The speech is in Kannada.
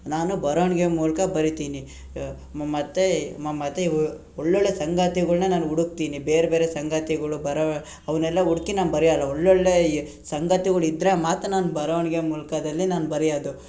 ನಾನು ಬರವಣಿಗೆ ಮೂಲಕ ಬರೀತೀನಿ ಮ ಮತ್ತು ಮ ಮತ್ತು ಒಳ್ಳೊಳ್ಳೆಯ ಸಂಗತಿಗಳ್ನ ನಾನು ಹುಡುಕ್ತೀನಿ ಬೇರೆ ಬೇರೆ ಸಂಗತಿಗಳು ಬರೋ ಅವನ್ನೆಲ್ಲ ಹುಡುಕಿ ನಾನು ಬರಿಯಲ್ಲ ಒಳ್ಳೊಳ್ಳೆಯ ಈ ಸಂಗತಿಗಳು ಇದ್ದರೆ ಮಾತ್ರ ನಾನು ಬರವಣಿಗೆ ಮೂಲಕದಲ್ಲಿ ನಾನು ಬರೆಯದು